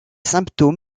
symptômes